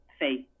faith